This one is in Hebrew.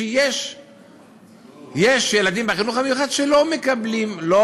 שיש ילדים בחינוך המיוחד שלא מקבלים.